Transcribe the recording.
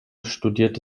studierte